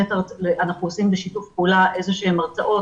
אנחנו עושים בשיתוף פעולה הרצאות,